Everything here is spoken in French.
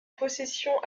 possession